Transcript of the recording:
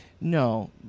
No